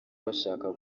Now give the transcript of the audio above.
bashaka